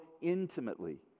intimately